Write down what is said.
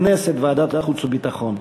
בוועדת הכנסת ובוועדת החוץ והביטחון.